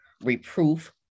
reproof